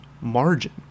margin